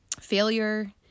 failure